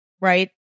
right